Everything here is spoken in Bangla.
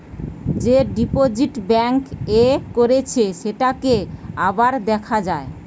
যে ডিপোজিট ব্যাঙ্ক এ করেছে সেটাকে আবার দেখা যায়